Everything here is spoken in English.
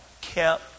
kept